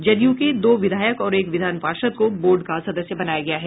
जदयू के दो विधायक और एक विधान पार्षद को बोर्ड का सदस्य बनाया गया है